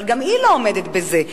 אבל גם היא לא עומדת בזה,